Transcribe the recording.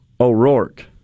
O'Rourke